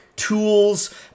tools